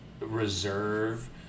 reserve